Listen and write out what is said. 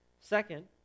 Second